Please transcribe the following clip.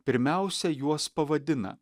pirmiausia juos pavadina